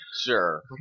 Sure